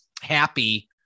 happy